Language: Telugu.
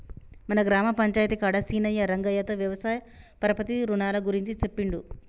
మన గ్రామ పంచాయితీ కాడ సీనయ్యా రంగయ్యతో వ్యవసాయ పరపతి రునాల గురించి సెప్పిండు